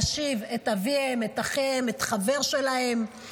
להשיב את אביהם, את אחיהם, את חבר שלהם.